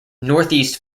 northeast